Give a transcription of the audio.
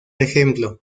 ejemplo